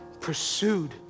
pursued